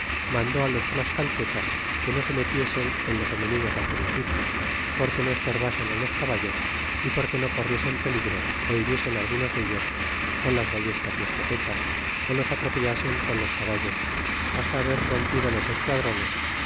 mandó a los tlascaltecas que no se metiesen en los enemigos al principio porque no estorbasen los caballos y porque no corriesen peligro ó hiriesen algunos dellos con las vallestas y escopetas ó los atropellasen con los caballos hasta haber rompido los esquadrones